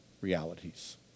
realities